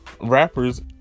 rappers